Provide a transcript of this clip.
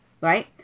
right